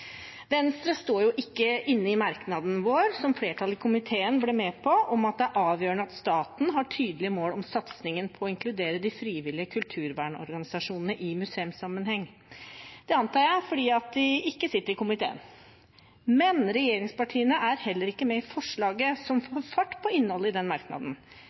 Venstre står jo ikke inne i merknaden vår, som flertallet i komiteen ble med på, om at det er avgjørende at staten har tydelige mål om satsingen på å inkludere de frivillige kulturvernorganisasjonene i museumssammenheng. Det antar jeg er fordi de ikke sitter i komiteen. Men regjeringspartiene er heller ikke med i forslaget som får fart på innholdet i den merknaden,